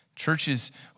Churches